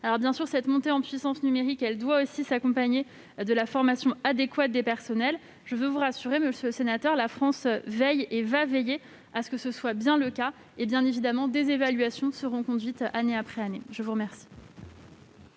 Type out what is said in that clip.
2027. Bien sûr, cette montée en puissance doit s'accompagner de la formation adéquate des personnels. Je veux vous rassurer, monsieur le sénateur, la France veille et va veiller à ce que ce soit bien le cas, et des évaluations seront conduites année après année. La parole